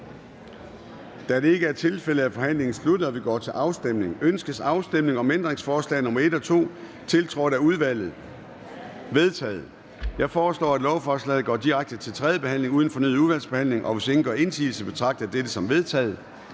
Da det ikke er tilfældet, er forhandlingen sluttet, og vi går til afstemning. Kl. 10:03 Afstemning Formanden (Søren Gade): Ønskes afstemning om ændringsforslag nr. 1 og 2, tiltrådt af udvalget? De er vedtaget. Jeg foreslår, at lovforslaget går direkte til tredje behandling uden fornyet udvalgsbehandling. Og hvis ingen gør indsigelse, betragter jeg dette som vedtaget.